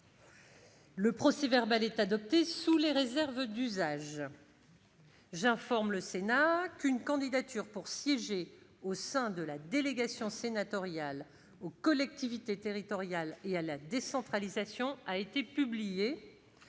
Le procès-verbal est adopté sous les réserves d'usage. J'informe le Sénat qu'une candidature pour siéger au sein de la délégation sénatoriale aux collectivités territoriales et à la décentralisation a été publiée.